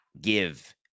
give